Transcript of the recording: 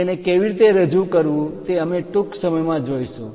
તેને કેવી રીતે રજુ કરવું તે અમે ટૂંક સમયમાં જોશું